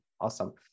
awesome